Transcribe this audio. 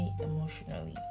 emotionally